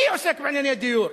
אני עוסק בענייני דיור.